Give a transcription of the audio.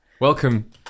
Welcome